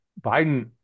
Biden